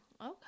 Okay